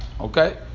Okay